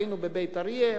היינו בבית-אריה,